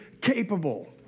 capable